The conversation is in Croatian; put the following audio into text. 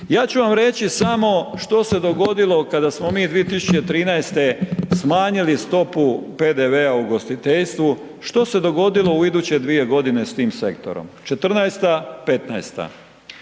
Ja ću vam reći samo što se dogodilo kada smo mi 2013. smanjili stopu PDV-a u ugostiteljstvu, što se dogodilo u iduće dvije godine s tim sektorom, '14.-ta,